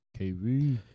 KV